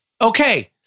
Okay